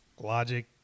Logic